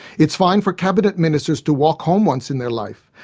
it's fine for cabinet ministers to walk home once in their life.